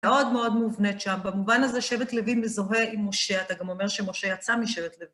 מאוד מאוד מובנית שם, במובן הזה שבט לוי מזוהה עם משה, אתה גם אומר שמשה יצא משבט לוי